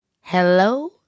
Hello